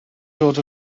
dod